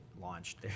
launched